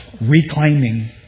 reclaiming